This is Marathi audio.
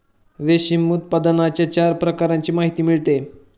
रेशीम उत्पादनाच्या चार प्रकारांची माहिती मिळते